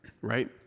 right